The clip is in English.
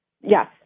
Yes